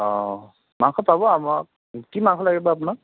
অ মাংস পাব আমাৰ কি মাংস লাগিব আপোনাক